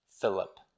Philip